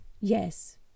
yes